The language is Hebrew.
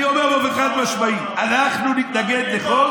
אני אומר באופן חד-משמעי: אנחנו נתנגד לחוק